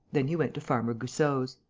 then he went to farmer goussot's.